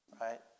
right